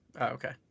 Okay